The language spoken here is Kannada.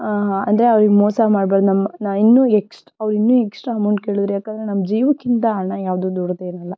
ಅಂದರೆ ಅವರಿಗೆ ಮೋಸ ಮಾಡಬಾರದು ನಮ್ ನಾವಿನ್ನೂ ಎಕ್ಸ್ ಅವರು ಇನ್ನೂ ಎಕ್ಸ್ಟ್ರಾ ಅಮೌಂಟ್ ಕೇಳಿದರೆ ಯಾಕೆಂದರೆ ನಮ್ಮ ಜೀವಕ್ಕಿಂತ ಹಣ ಯಾವುದೂ ದೊಡ್ಡದೇನಲ್ಲ